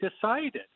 decided